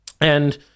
And-